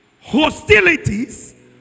hostilities